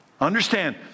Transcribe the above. Understand